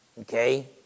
Okay